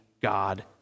God